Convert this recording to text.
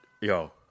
Yo